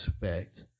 respect